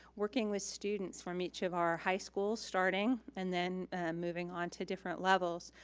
working with students from each of our high schools starting and then moving on to different levels.